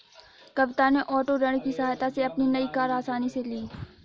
कविता ने ओटो ऋण की सहायता से अपनी नई कार आसानी से ली